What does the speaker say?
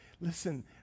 listen